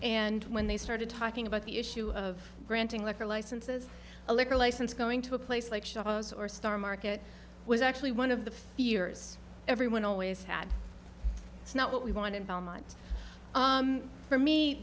and when they started talking about the issue of granting liquor licenses a liquor license going to a place like shabbos or star market was actually one of the fears everyone always had it's not what we want in belmont for me